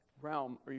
realm